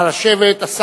נא לשבת.